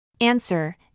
Answer